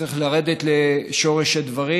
צריך לרדת לשורש הדברים,